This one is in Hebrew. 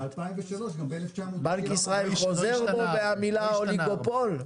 בנק ישראל חוזר בו מהמילה אוליגופול?